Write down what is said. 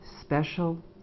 special